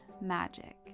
magic